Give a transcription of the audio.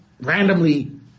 randomly